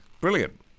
Brilliant